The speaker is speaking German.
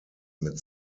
mit